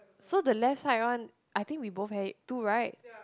so the left side one I think we both had it two right